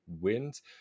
wins